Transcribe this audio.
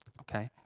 okay